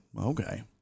okay